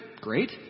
Great